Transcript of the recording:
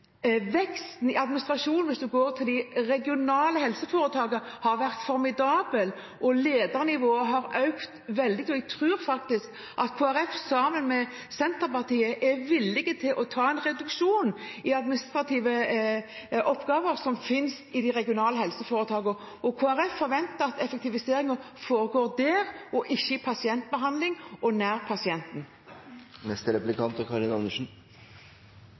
veksten i administrasjonen – hvis man går til de regionale helseforetakene – har vært formidabel, og ledernivået har økt veldig. Jeg tror faktisk at Kristelig Folkeparti, sammen med Senterpartiet, er villig til å ta en reduksjon i administrative oppgaver i de regionale helseforetakene. Og Kristelig Folkeparti forventer at effektiviseringen foregår der og ikke i pasientbehandlingen, eller nær pasienten.